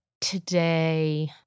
today